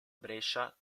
brescia